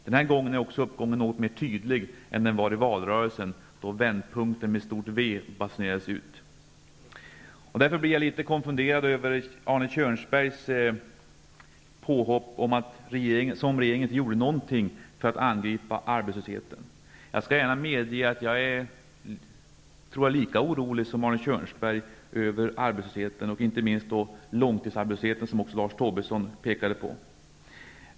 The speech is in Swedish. Den här gången är också uppgången något mer tydlig än den var i valrörelsen då vändpunkten med stort V basunerades ut. Jag blev därför litet konfunderad över Arne Kjörnsbergs påhopp som gav intryck av att regeringen inte gör något för att angripa arbetslösheten. Jag skall gärna medge att jag nog är lika orolig som Arne Kjörnsberg över arbetslösheten och inte minst långtidsarbetslösheten, som också Lars Tobisson pekade på.